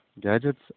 Gadgets